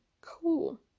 cool